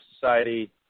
society